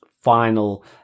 final